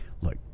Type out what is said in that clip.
look